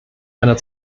einer